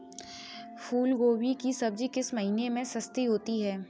फूल गोभी की सब्जी किस महीने में सस्ती होती है?